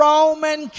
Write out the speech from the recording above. Roman